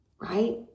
Right